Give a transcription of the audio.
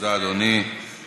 תעלה במסגרת הדיון בוועדת